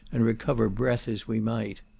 and recover breath as we might.